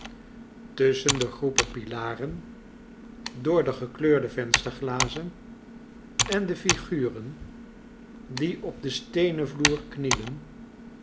tusschen de groepen pilaren door gekleurde vensterglazen en de figuren die op den steenen vloer knielen